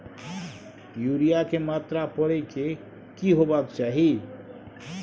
Urea के मात्रा परै के की होबाक चाही?